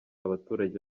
abaturage